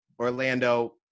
Orlando